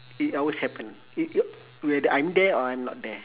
it always happen i~ whether I'm there or I'm not there